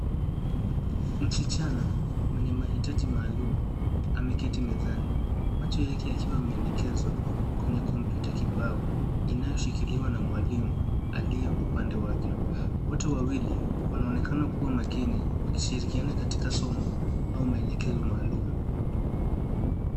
Msichana mwenye mahitaji maalum ameketi mezani, macho yake yakiwa imeelekezwa kwenye kompyuta kibao inayoshikiliwa na mwalimu aliye upande wake. Wote wawili wanaonekana kuwa makini wakishirikiana katika somo au maelekezo maalum.